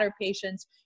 patients